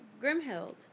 Grimhild